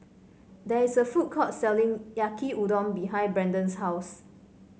there is a food court selling Yaki Udon behind Brendon's house